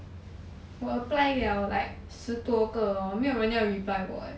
我 apply liao like 十多个 hor 没有人要 reply 我 leh